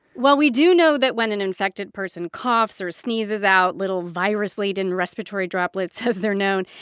well, we do know that when an infected person coughs or sneezes out little virus-laden respiratory droplets, as they're known,